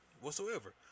whatsoever